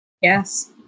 Yes